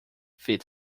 fit